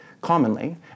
commonly